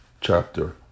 chapter